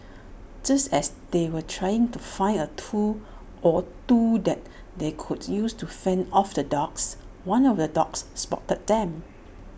just as they were trying to find A tool or two that they could use to fend off the dogs one of the dogs spotted them